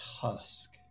Tusk